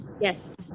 yes